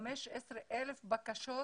15 אלף בקשות